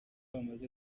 bamaze